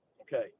Okay